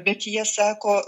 bet jie sako